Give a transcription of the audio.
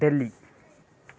Delhi